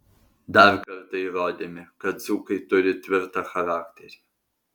dar kartą įrodėme kad dzūkai turi tvirtą charakterį